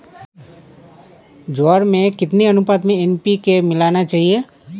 ज्वार में कितनी अनुपात में एन.पी.के मिलाना चाहिए?